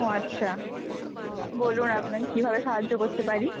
ও আচ্ছা বলুন আপনার কীভাবে সাহায্য করতে পারি